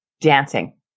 dancing